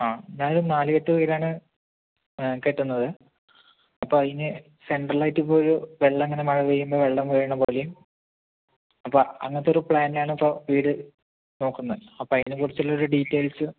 ആ ഞാൻ ഒരു നാല്കെട്ട് വീടാണ് കെട്ടുന്നത് അപ്പോൾ അതിന് സെൻട്രൽ ആയിട്ടിപ്പോഴൊരു വെള്ളം ഇങ്ങനെ മഴപെയ്യുമ്പോൾ വെള്ളം വീഴുന്നപോലെയും അപ്പോൾ അങ്ങനെത്തെ ഒരു പ്ലാനിലാണ് ഇപ്പോൾ വീട് നോക്കുന്നത് അപ്പോൾ അതിനെക്കുറിച്ചുള്ള ഒരു ഡീറ്റെയിൽസ്